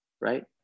right